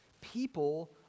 people